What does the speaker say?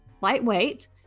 lightweight